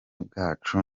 bwacu